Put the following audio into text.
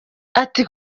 ati